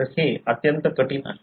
तर हे अत्यंत कठीण आहे